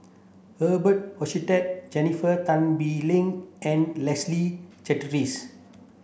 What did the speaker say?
Hochstadt Jennifer Tan Bee Leng and Leslie Charteris